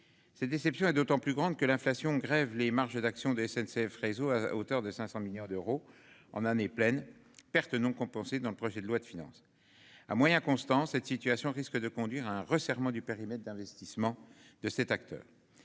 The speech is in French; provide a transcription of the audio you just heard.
Cette déception est d'autant plus grande que l'inflation grève les marges d'action de SNCF réseau à hauteur de 500 millions d'euros en année pleine perte non compensée dans le projet de loi de finances. À moyens constants. Cette situation risque de conduire à un resserrement du périmètre d'investissement de cet acteur.